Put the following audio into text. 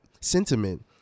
sentiment